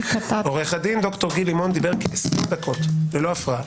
עו"ד גיל לימון דיבר כ-10 דקות ללא הפרעה.